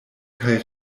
kaj